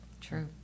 true